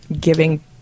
giving